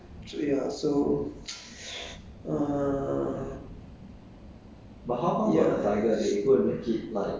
I mean they make it into like tourist spot they so ya so uh